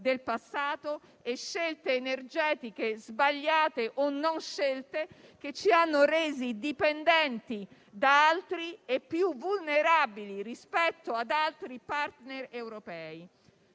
del passato e scelte energetiche sbagliate o non scelte che ci hanno resi dipendenti da altri e più vulnerabili rispetto ad altri *partner* europei.